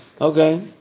Okay